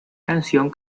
canción